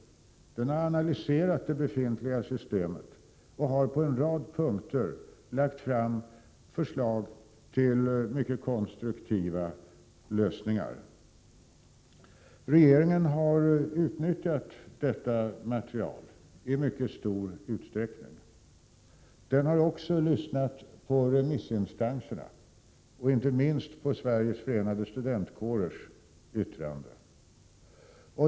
Den har analyserat det befintliga systemet och har på en rad punkter lagt fram förslag till mycket konstruktiva lösningar. Regeringen har utnyttjat detta material i mycket stor utsträckning. Den har också lyssnat på remissinstanserna, inte minst Sveriges förenade studentkårer.